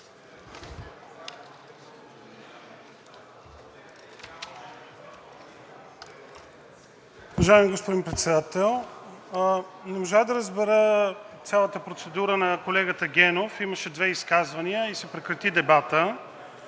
Уважаеми господин Председател, не можах да разбера цялата процедура на колегата Генов – имаше две изказвания и се прекрати дебатът.